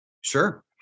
Sure